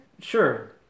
sure